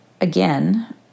again